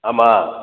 ஆமாம்